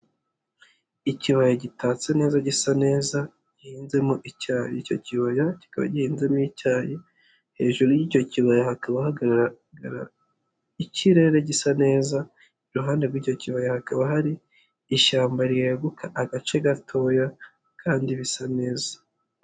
Ikibaya gitatse neza gisa neza, gihinzemo icyayi, icyo kibaya kikaba gizemo icyayi, hejuru y'icyo kibaya hakaba hagaragara ikirere gisa neza, iruhande rw'icyo kibaya hakaba hari ishyamba rireguka agace gatoya kandi bisa neza.